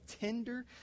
tender